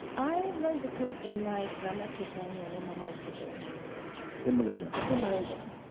i learned to cook in my grandma's kitchen and in my mom's kitchen in malaysia? in malaysia.